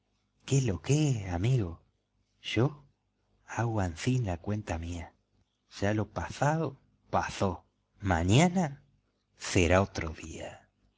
sufrió que lo que es amigo yo hago ansí la cuenta mía ya lo pasado pasó mañana será otro día